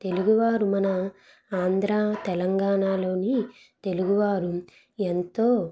తెలుగువారు మన ఆంధ్ర తెలంగాణలోని తెలుగువారు ఎంతో